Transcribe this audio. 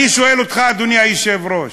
אני שואל אותך, אדוני היושב-ראש,